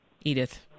Edith